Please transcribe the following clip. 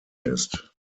ist